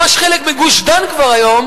ממש כבר חלק מגוש-דן היום,